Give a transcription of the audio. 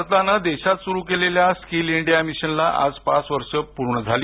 भारताने देशात सुरु केलेल्या स्कील इंडिया मिशनला आज पाच वर्ष पूर्ण झाली